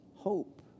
hope